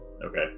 Okay